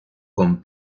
con